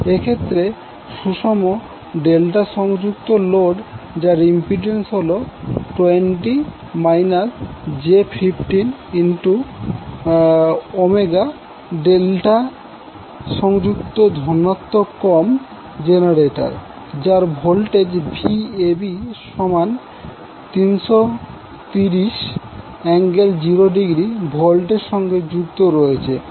এক্ষেত্রে সুষম ডেল্টা সংযুক্ত লোড যার ইম্পিড্যান্স হল ডেল্টা সংযুক্ত ধনাত্মক ক্রম জেনারেটর যার ভোল্টেজ হল Vab330∠0°V এর সঙ্গে যুক্ত রয়েছে